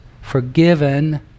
Forgiven